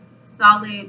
solid